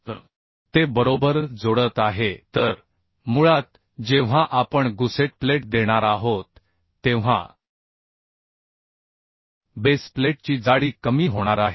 तर ते बरोबर जोडत आहे तर मुळात जेव्हा आपण गुसेट प्लेट देणार आहोत तेव्हा बेस प्लेटची जाडी कमी होणार आहे